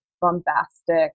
bombastic